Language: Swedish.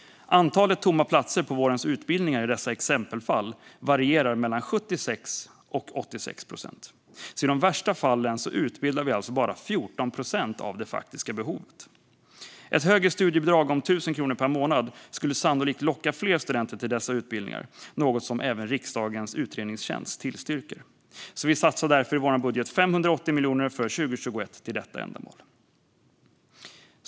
Andelen tomma platser på vårens utbildningar i dessa exempelfall varierar mellan 76 och 86 procent. I de värsta fallen utbildar vi alltså bara 14 procent av det faktiska behovet. Ett högre studiebidrag om 1 000 kronor per månad skulle sannolikt locka fler studenter till dessa utbildningar, något som även riksdagens utredningstjänst styrker. Vi satsar därför i vår budget 580 miljoner för 2021 till detta ändamål.